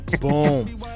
boom